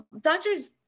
doctors